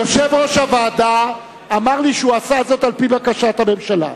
יושב-ראש הוועדה אמר לי שהוא עשה זאת על-פי בקשת הממשלה.